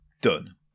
done